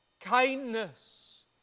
kindness